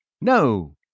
No